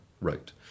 wrote